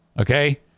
Okay